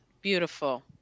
Beautiful